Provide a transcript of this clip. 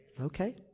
Okay